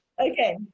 Okay